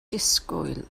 disgwyl